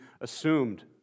assumed